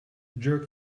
jerk